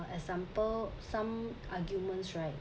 for example some arguments right